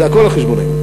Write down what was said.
זה הכול על חשבוננו.